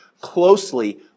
closely